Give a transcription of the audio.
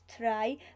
try